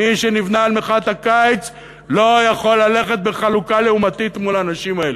מי שנבנה על מחאת הקיץ לא יכול ללכת בחלוקה לעומתית מול האנשים האלה.